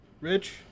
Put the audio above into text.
Rich